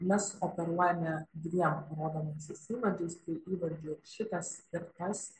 mes operuojame dviem rodomaisiais įvardžiais tai įvardžiu šitas ir tas